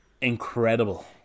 Incredible